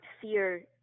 fear